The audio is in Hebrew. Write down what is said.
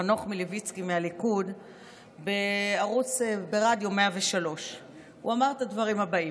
חנוך מלביצקי מהליכוד ברדיו 103. הוא אמר את הדברים הבאים: